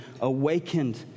awakened